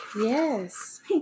Yes